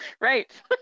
Right